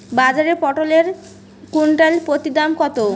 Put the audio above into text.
বাজারে পটল এর কুইন্টাল প্রতি দাম কত?